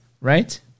right